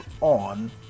on